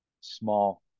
small